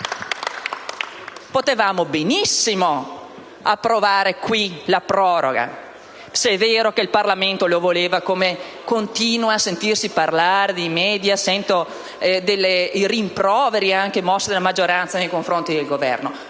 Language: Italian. Potevamo benissimo approvare qui la proroga, se è vero che il Parlamento lo voleva, come si continua a sentir dire sui *media*. Sento anche i rimproveri mossi dalla maggioranza nei confronti del Governo.